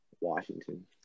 Washington